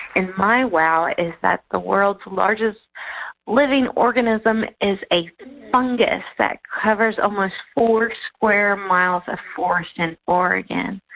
and my wow is that the world's largest living organism is a fungus that covers almost four square miles of forest in oregon.